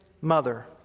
mother